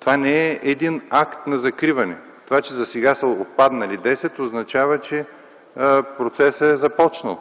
Това не е един акт на закриване. Това, че засега са отпаднали десет, означава, че процесът е започнал.